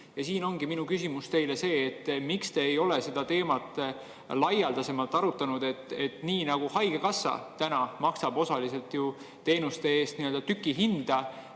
piirhind. Minu küsimus teile on see, miks te ei ole seda teemat laialdasemalt arutanud. Nii nagu haigekassa maksab osaliselt ju teenuste eest nii-öelda tükihinda,